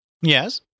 Yes